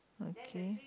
okay